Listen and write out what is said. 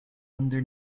under